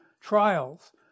trials